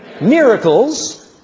miracles